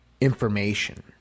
information